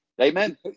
Amen